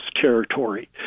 territory